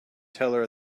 teller